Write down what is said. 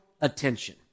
attention